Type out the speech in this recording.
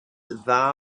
dda